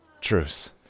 Truce